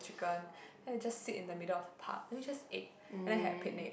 chicken then I just sit in the middle of the park then I just ate then I had picnic